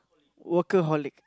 workaholic